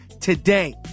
today